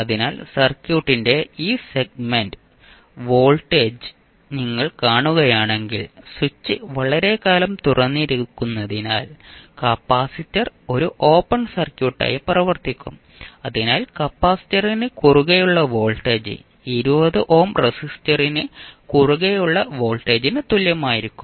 അതിനാൽ സർക്യൂട്ടിന്റെ ഈ സെഗ്മെന്റ് വോൾട്ടേജ് നിങ്ങൾ കാണുകയാണെങ്കിൽ സ്വിച്ച് വളരെക്കാലം തുറന്നിരിക്കുന്നതിനാൽ കപ്പാസിറ്റർ ഒരു ഓപ്പൺ സർക്യൂട്ടായി പ്രവർത്തിക്കും അതിനാൽ കപ്പാസിറ്ററിന് കുറുകെയുള്ള വോൾട്ടേജ് 20 ഓം റെസിസ്റ്ററിന് കുറുകെയുള്ള വോൾട്ടേജിന് തുല്യമായിരിക്കും